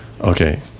okay